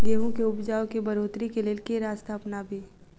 गेंहूँ केँ उपजाउ केँ बढ़ोतरी केँ लेल केँ रास्ता अपनाबी?